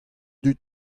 dud